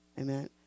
Amen